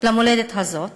למולדת הזאת